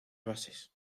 bases